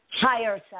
higher